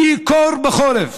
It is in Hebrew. וקור בחורף,